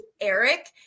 Eric